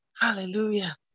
Hallelujah